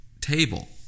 table